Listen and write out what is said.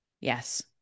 Yes